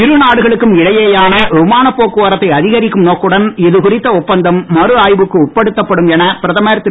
இரு நாடுகளுக்கும் இடையேயான விமான போக்குவரத்தை அதிகரிக்கும் நோக்குடன் இதுகுறித்த ஒப்பந்தம் மறுஆய்வுக்கு உட்படுத்தப்படும் என பிரதமர் திரு